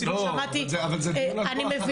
לא, אבל זה דיון על כח אדם.